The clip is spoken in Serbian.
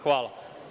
Hvala.